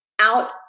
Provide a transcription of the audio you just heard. out